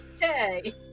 Hey